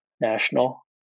national